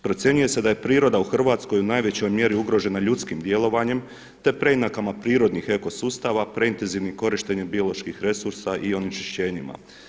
Procjenjuje se da je priroda u Hrvatskoj u najvećoj mjeri ugrožena ljudskim djelovanjem te preinakama prirodnih eko sustava, preintenzivnim korištenjem biološkim resursa i onečišćenjima.